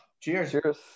Cheers